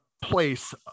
place